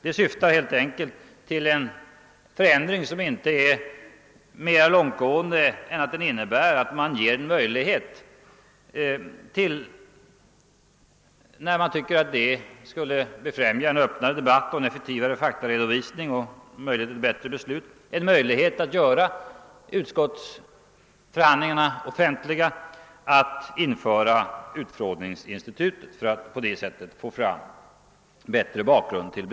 Den syftar till en förändring som innebär en möjlighet att, när man tycker att detta skulle befrämja en öppnare debatt, en effektivare faktaredovisning och ett bättre grundat ställningstagande, göra utskottsförhandlingarna offentliga och utnyttja utfrågningsinstitutet och att ibland göra dessa utfrågningar offentliga.